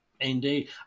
Indeed